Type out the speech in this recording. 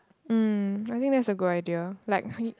um I think that's a good idea like we